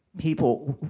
people,